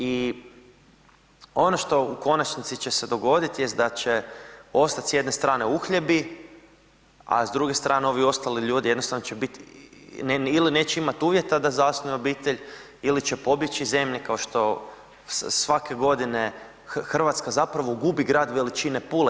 I ono što u konačnici će se dogoditi jest da će ostat s jedne strane uhljebi, a s druge strane ovi ostali ljudi, jednostavno će biti ili neće imati uvjeta da zasnuju obitelj ili će pobjeći iz zemlje kao što svake godine Hrvatska zapravo gubi grad veličine Pule.